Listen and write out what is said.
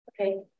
Okay